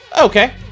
Okay